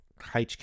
HQ